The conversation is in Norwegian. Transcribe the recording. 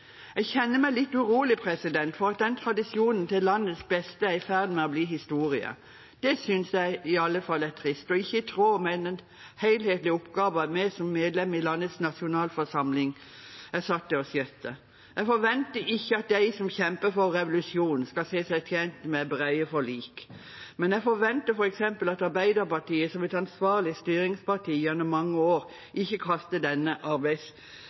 Jeg kjenner meg litt urolig for at den tradisjonen til landets beste er i ferd med å bli historie. Det synes iallfall jeg er trist og ikke i tråd med den helhetlige oppgaven vi som medlemmer i landets nasjonalforsamling er satt til å skjøtte. Jeg forventer ikke at de som kjemper for revolusjon, skal se seg tjent med brede forlik, men jeg forventer f.eks. at Arbeiderpartiet, som et ansvarlig styringsparti gjennom mange år, ikke kaster denne